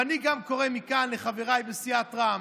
ואני גם קורא מכאן לחבריי בסיעת רע"מ,